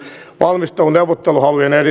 valmistelun neuvotteluhalujen